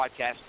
podcast